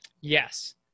Yes